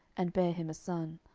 and bare him a son.